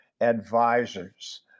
advisors